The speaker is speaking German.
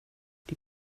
die